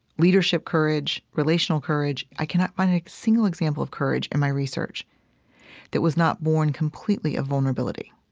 leadership courage, relational courage, i cannot find a single example of courage in my research that was not born completely of vulnerability.